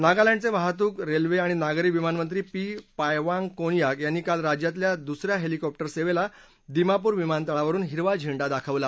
नागलँडचे वाहतूक रेल्वे आणि नागरी विमान मंत्री पी पायवांग कोनयाक यांनी काल राज्यातल्या दुसऱ्या हेलीकॉप्टर सेवेला दिमापुर विमानतळावरुन हिरवा झेंडा दाखवला